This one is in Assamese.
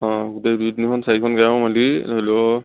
অঁ গোটেই দুই তিনিখন চাৰিখন গাঁও মিলি ধৰিলও